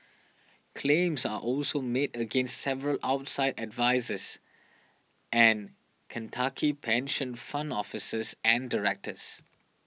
claims are also made against several outside advisers and Kentucky pension fund officers and directors